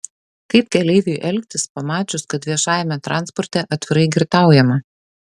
kaip keleiviui elgtis pamačius kad viešajame transporte atvirai girtaujama